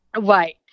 Right